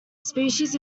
species